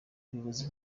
ubuyobozi